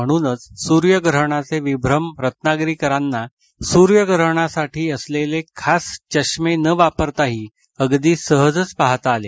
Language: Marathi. म्हणूनच सूर्यग्रहणाचे विभ्रम रत्नागिरीकरांना सूर्यग्रहणासाठी असलेले खास चष्मे न वापरताही अगदी सहजच पाहता आले